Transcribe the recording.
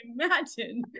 imagine